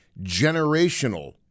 generational